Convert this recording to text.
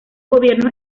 gobiernos